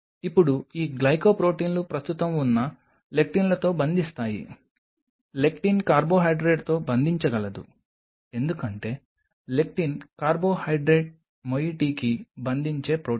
ఇప్పుడు ఈ గ్లైకోప్రొటీన్లు ప్రస్తుతం ఉన్న లెక్టిన్లతో బంధిస్తాయి లెక్టిన్ కార్బోహైడ్రేట్తో బంధించగలదు ఎందుకంటే లెక్టిన్ కార్బోహైడ్రేట్ మోయిటీకి బంధించే ప్రోటీన్